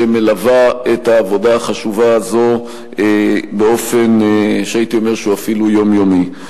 שמלווה את העבודה החשובה הזאת באופן שהייתי אומר שהוא אפילו יומיומי.